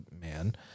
man